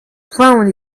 found